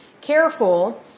careful